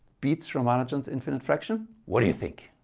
beats ramanujan's infinite fraction. what do you think?